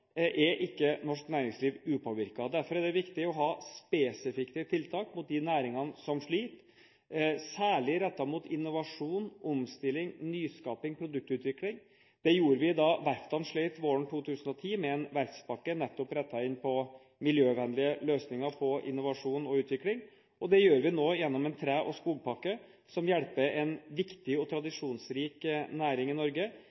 er ikke norsk næringsliv upåvirket. Derfor er det viktig å ha spesifikke tiltak mot de næringene som sliter, særlig rettet mot innovasjon, omstilling, nyskaping og produktutvikling. Det gjorde vi da verftene slet våren 2010 med en verftspakke nettopp rettet inn mot miljøvennlige løsninger på innovasjon og utvikling, og det gjør vi nå gjennom en tre- og skogpakke, som hjelper en viktig og tradisjonsrik næring i Norge